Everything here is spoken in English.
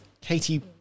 katie